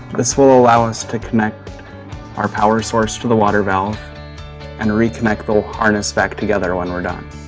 this will allow us to connect our power source to the water valve and reconnect the harness back together when we are done.